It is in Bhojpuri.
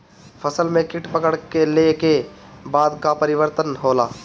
फसल में कीट पकड़ ले के बाद का परिवर्तन होई?